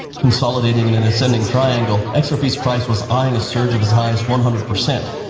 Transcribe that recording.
consolidating in an ascending triangle, exorbitant price was eyeing a surge of as high as one hundred percent.